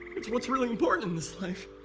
it's what's really important in this life.